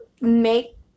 make